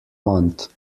month